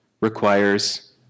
requires